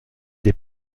des